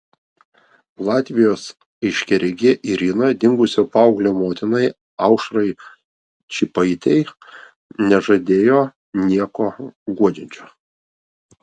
latvijos aiškiaregė irina dingusio paauglio motinai aušrai čypaitei nežadėjo nieko guodžiančio